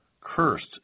Cursed